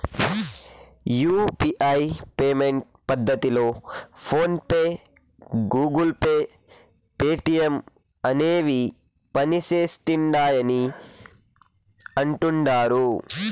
UPI payment పద్దతిలో PhonePe, Google Pay, Paytm అనేవి పనిసేస్తిండాయని అంటుడారు